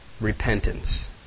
repentance